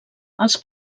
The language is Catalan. els